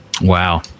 wow